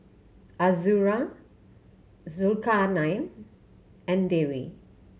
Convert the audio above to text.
Azura Zulkarnain and Dewi